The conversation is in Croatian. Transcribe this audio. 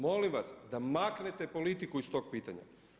Molim vas da maknete politiku iz tog pitanja.